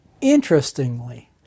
Interestingly